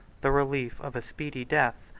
the relief of a speedy death,